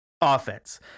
offense